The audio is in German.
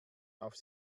auf